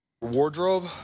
wardrobe